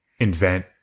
invent